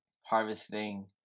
Harvesting